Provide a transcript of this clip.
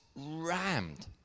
rammed